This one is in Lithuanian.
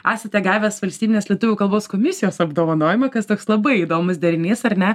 esate gavęs valstybinės lietuvių kalbos komisijos apdovanojimą kas toks labai įdomus derinys ar ne